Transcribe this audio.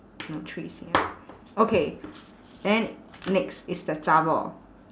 not three C_M okay then next is the zha bor